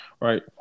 right